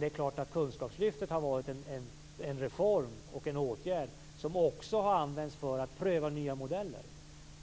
Det är klart att kunskapslyftet har varit en reform och en åtgärd som också har använts för att pröva nya modeller.